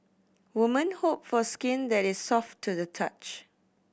woman hope for skin that is soft to the touch